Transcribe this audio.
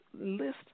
list